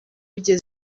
bigeze